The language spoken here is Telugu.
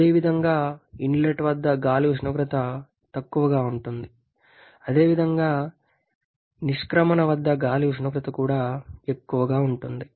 అదేవిధంగా ఇన్లెట్ వద్ద గాలి ఉష్ణోగ్రత తక్కువగా ఉంటుంది మరియు అదేవిధంగా నిష్క్రమణఎగ్జిట్ వద్ద గాలి ఉష్ణోగ్రత కూడా తక్కువగా ఉంటుంది